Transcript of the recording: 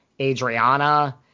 Adriana